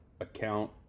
account